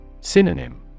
Synonym